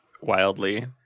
Wildly